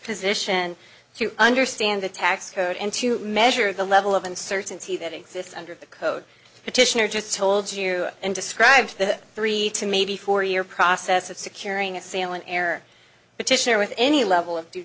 position to understand the tax code and to measure the level of uncertainty that exists under the code petitioner just told you and described the three to maybe four year process of securing a sale an air petition with any level of due